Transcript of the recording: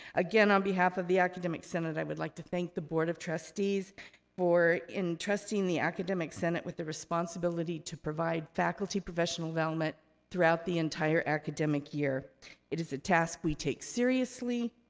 again, on behalf of the academic senate, i would like to thank the board of trustees for entrusting the academic senate with the responsibility to provide faculty professional development throughout the entire academic year. it is a task we take seriously,